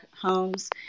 homes